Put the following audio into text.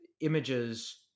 images